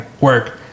work